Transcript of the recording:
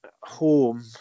home